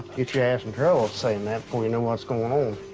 get your ass in trouble saying that before you know what's going on.